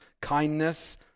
kindness